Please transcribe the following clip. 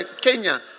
Kenya